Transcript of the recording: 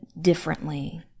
differently